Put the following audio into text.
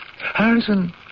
Harrison